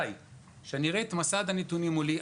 וכשאני אראה את מסד הנתונים מולי,